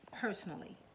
personally